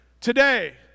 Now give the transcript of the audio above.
Today